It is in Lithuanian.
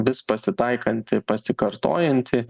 vis pasitaikanti pasikartojanti